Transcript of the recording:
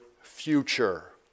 future